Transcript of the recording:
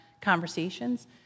conversations